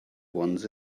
ones